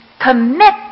commit